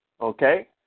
Okay